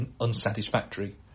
unsatisfactory